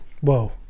Whoa